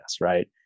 right